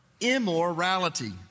immorality